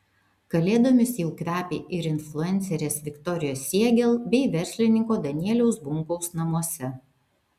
kalėdomis jau kvepia ir influencerės viktorijos siegel bei verslininko danieliaus bunkaus namuose